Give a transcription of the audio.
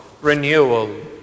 Renewal